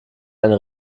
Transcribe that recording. eine